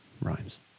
rhymes